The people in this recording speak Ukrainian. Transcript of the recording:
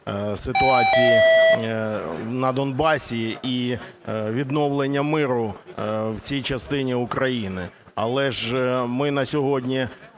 ситуації на Донбасі і відновлення миру в цій частині України. Але ж ми на сьогодні